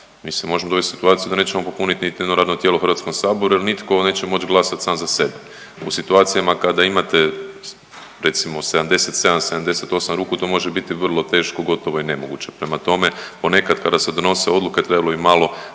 Mi se možemo dovesti u situaciju da nećemo popuniti niti jedno radno tijelo u Hrvatskom saboru jer nitko neće moći glasati sam za sebe. U situacijama kada imate recimo 77, 78 ruku to može biti vrlo teško, gotovo i nemoguće. Prema tome, ponekad kada se donose odluke trebalo bi malo